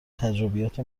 تجربیات